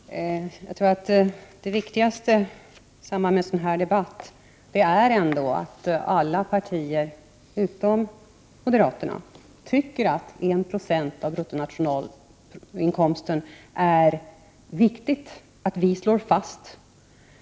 Fru talman! Jag tror att det viktigaste i samband med en sådan här debatt ändå är att det framgår att alla partier utom moderaterna tycker att det är väsentligt att vi slår fast att biståndet skall utgöra 1 90 av bruttonationalinkomsten.